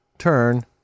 Turn